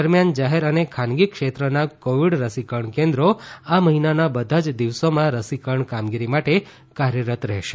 દરમિયાન જાહેર અને ખાનગી ક્ષેત્રના કોવિડ રસીકરણ કેન્દ્રો આ મહિનાના બધા જ દિવસોમાં રસીકરણ કામગીરી માટે કાર્યરત રહેશે